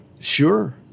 sure